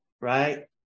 right